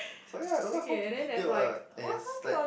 sorry ah I don't know how detailed [what] and it has like